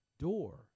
door